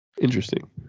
interesting